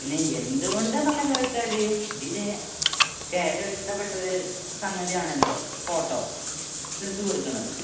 പിന്നെ എന്തുകൊണ്ടന്നെക്കെ ചോദിച്ചാല് ഇതിന്റെയൊക്കെ ഏറ്റവും ഇഷ്ടപ്പെട്ടൊരു സംഗതിയാണല്ലോ ഫോട്ടോ എടുത്തുകൊടുക്കുന്നത്